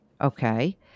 Okay